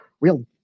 real